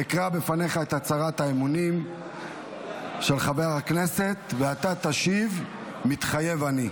אקרא בפניך את הצהרת האמונים של חבר הכנסת ואתה תשיב: "מתחייב אני".